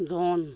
ᱫᱚᱱ